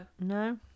No